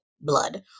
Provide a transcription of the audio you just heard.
Blood